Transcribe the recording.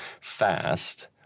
fast